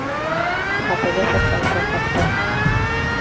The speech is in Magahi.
खतबे से पैसबा कटतय?